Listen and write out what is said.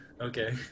Okay